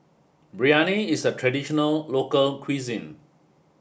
Biryani is a traditional local cuisine